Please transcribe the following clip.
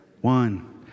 One